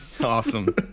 Awesome